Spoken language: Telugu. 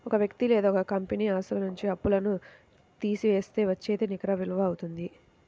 ఒక వ్యక్తి లేదా ఒక కంపెనీ ఆస్తుల నుంచి అప్పులను తీసివేస్తే వచ్చేదే నికర విలువ అవుతుంది